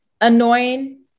annoying